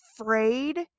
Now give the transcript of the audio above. afraid